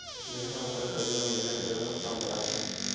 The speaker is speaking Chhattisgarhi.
मेंहा अपन कर्जा ला महीना के जगह हप्ता मा पटात हव